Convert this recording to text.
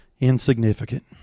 Insignificant